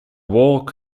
walk